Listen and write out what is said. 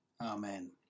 Amen